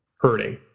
hurting